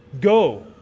go